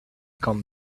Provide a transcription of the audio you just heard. come